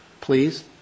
Please